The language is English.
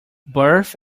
birth